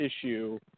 issue